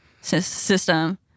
system